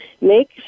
make